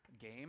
game